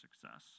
success